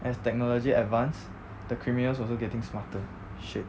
as technology advance the criminals also getting smarter shit